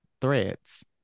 threads